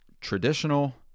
traditional